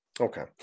Okay